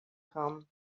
come